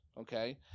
okay